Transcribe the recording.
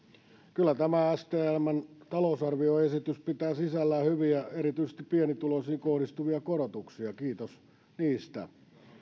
kyllä tämä stmn talousarvioesitys pitää sisällään hyviä erityisesti pienituloisiin kohdistuvia korotuksia kiitos niistä